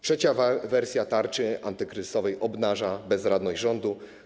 Trzecia wersja tarczy antykryzysowej obnaża bezradność rządu.